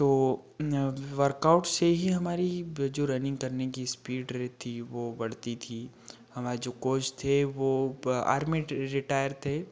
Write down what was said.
तो वर्कआउट से ही हमारी ब जो रनिंग करने की स्पीड रहती वो बढ़ती थी हमारे जो कोच थे वो ब आर्मी ट रिटायर थे